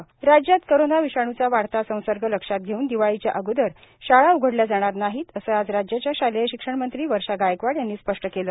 शिक्षण मंत्री राज्यात कोरोना विषाण्चा वाढता संसर्ग लक्षात घेऊन दिवाळीच्या अगोदर शाळा उघडल्या जाणार नाहीत असं आज राज्याच्या शालेय शिक्षण मंत्री वर्षा गायकवाड यांनी स्पष्ट केलं